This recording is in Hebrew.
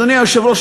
אדוני היושב-ראש,